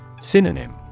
Synonym